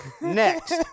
next